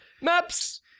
Maps